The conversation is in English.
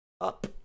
up